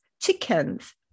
chickens